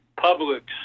publics